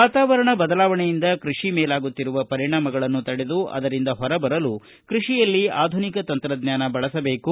ವಾತಾವರಣ ಬದಲಾವಣೆಯಿಂದ ಕೃಷಿ ಮೇಲಾಗುತ್ತಿರುವ ಪರಿಣಾಮಗಳು ತಡೆದು ಅದರಿಂದ ಹೊರಬರಲು ಕೃಷಿಯಲ್ಲಿ ಆಧುನಿಕ ತಂತ್ರಜ್ಞಾನ ಬಳಸಬೇಕು